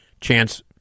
Chance